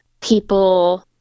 people